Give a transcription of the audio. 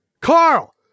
Carl